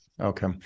Okay